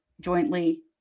jointly